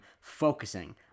focusing